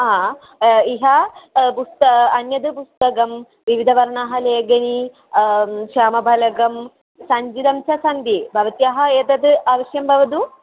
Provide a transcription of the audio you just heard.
हा इह पुस्तकम् अन्यद् पुस्तकं विविधवर्णानां लेखन्यः श्यामफलकं सञ्चिका च सन्ति भवत्याः एतद् अवश्यं भवतु